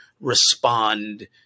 respond